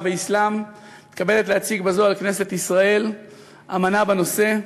ואסלאם מתכבדת להציג בזאת לכנסת ישראל אמנה בנושא.